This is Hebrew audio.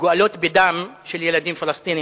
מגואלות בדם של ילדים פלסטינים.